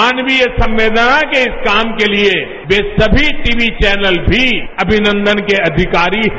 मानवीय संवेदना के इस काम के लिए वे सभी टीवी चौनल भी अभिनंदन के अधिकारी है